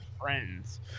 friends